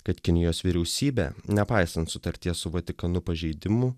kad kinijos vyriausybė nepaisant sutarties su vatikanu pažeidimų